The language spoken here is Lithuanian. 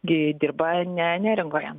dirba ne neringoje